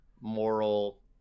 moral